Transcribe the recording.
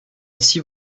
ici